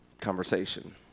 conversation